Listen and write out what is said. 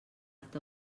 art